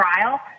trial